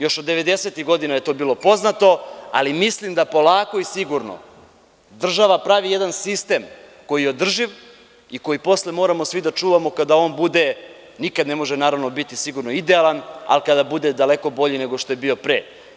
Još od devedesetih godina je to bilo poznato, ali mislim da polako i sigurno država pravi jedan sistem koji je održiv i koji posle moramo svi da čuvamo kada on bude, nikada ne može naravno biti sigurno idealan, ali kada bude daleko bolji nego što je bio pre.